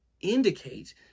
indicate